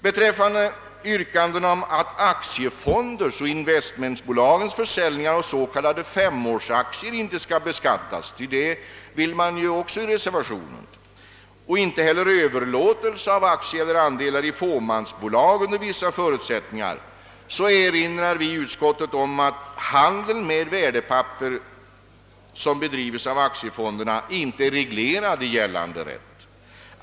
Beträffande yrkandena att aktiefonders och investmentbolags försäljningar av s.k. femårsaktier samt överlåtelse av aktier eller andelar i fåmansbolag under vissa förutsättningar inte skall beskattas, erinrar vi i utskottet om att den handel med värdepapper som bedrives i aktiefonderna inte är reglerad i gällande rätt.